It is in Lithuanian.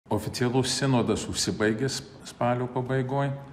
oficialus sinodas užsibaigęs spalio pabaigoj